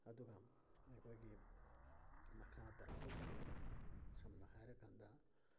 ꯑꯗꯨꯒ ꯑꯩꯈꯣꯏꯒꯤ ꯃꯈꯥ ꯇꯥꯔꯛꯄ ꯀꯥꯟꯗ ꯁꯝꯅ ꯍꯥꯏꯔꯀꯥꯟꯗ